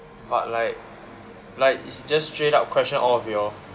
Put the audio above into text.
but like like it's just straight up question all of you all